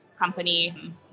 company